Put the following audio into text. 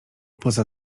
poza